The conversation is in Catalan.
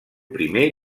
primer